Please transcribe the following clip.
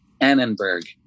Annenberg